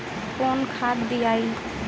कौन खाद दियई?